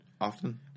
often